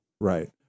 Right